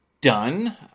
done